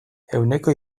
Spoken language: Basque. ehuneko